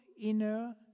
inner